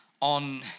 on